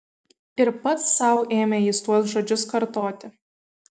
ir pats sau ėmė jis tuos žodžius kartoti